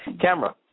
camera